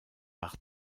par